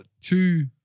two